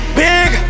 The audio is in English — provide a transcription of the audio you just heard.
big